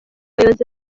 bayobozi